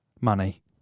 Money